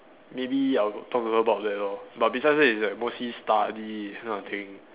maybe I'll talk to her about that lor but besides that it's like mostly study that kind of thing